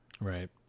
Right